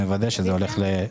אין בעיה, נוודא שזה הולך לכך.